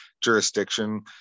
jurisdiction